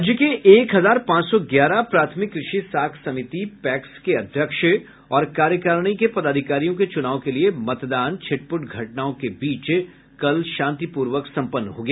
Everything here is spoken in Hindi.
राज्य के एक हजार पांच सौ ग्यारह प्राथमिक कृषि साख समिति पैक्स के अध्यक्ष और कार्यकारिणी के पदाधिकारियों के चुनाव के लिये मतदान छिटपुट घटनाओं के बीच शांतिप्रर्वक सम्पन्न हो गया